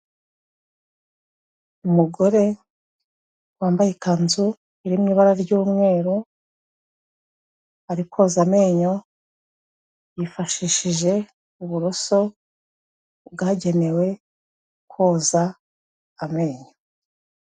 Umugore wambaye ikanzu iri mu ibara ry'umweru ari koza amenyo yifashishije uburoso bwagenewe koza amenyo.